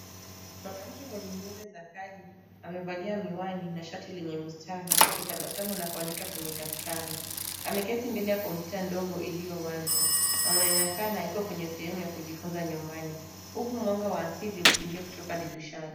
Mwanamke mwenye nywele za kali amevalia miwani na shati lenye mistari akitabasamu na kuandika kwenye daftari. Ameketi mbele ya kompyuta ndogo iliyo wazi na anonekana yuko kwenye sehemu ya kujifunza nyumbani, huku mwanga wa asili ukiingia kutoka dirishani.